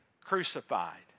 crucified